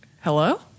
Hello